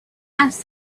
asked